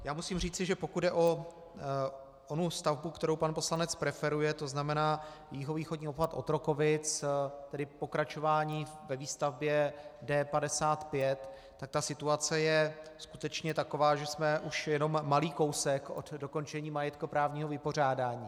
Já musím říci, že pokud jde o onu stavbu, kterou pan poslanec preferuje, to znamená jihovýchodní obchvat Otrokovic, tedy pokračování ve výstavbě D55, tak ta situace je skutečně taková, že jsme už malý kousek od dokončení majetkoprávního vypořádání.